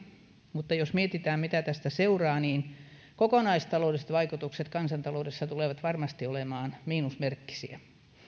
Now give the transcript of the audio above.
mutta jos mietitään mitä tästä seuraa niin kokonaistaloudelliset vaikutukset kansantaloudessa tulevat varmasti olemaan miinusmerkkisiä